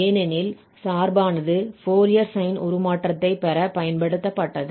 ஏனெனில் சார்பானது Fourier sine உருமாற்றத்தைப் பெறப் பயன்படுத்தப்பட்டது